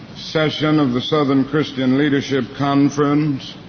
session of the southern christian leadership conference,